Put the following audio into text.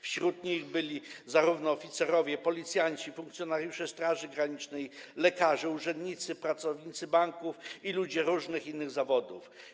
Wśród tych osób byli oficerowie, policjanci, funkcjonariusze Straży Granicznej, lekarze, urzędnicy, pracownicy banków i ludzie różnych innych zawodów.